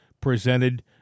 presented